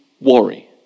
worry